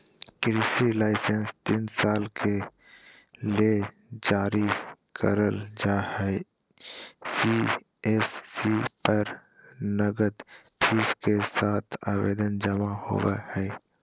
कृषि लाइसेंस तीन साल के ले जारी करल जा हई सी.एस.सी पर नगद फीस के साथ आवेदन जमा होवई हई